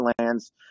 lands